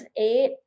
eight